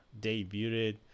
debuted